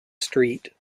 street